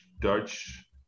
Dutch